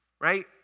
right